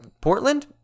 Portland